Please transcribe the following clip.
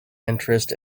interest